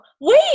wait